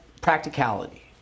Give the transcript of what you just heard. practicality